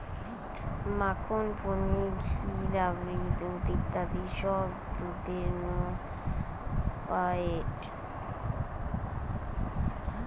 মাখন, পনির, ঘি, রাবড়ি, দুধ ইত্যাদি সব দুধের নু পায়েটে